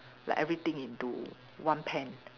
like everything into one pan